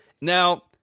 Now